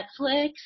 Netflix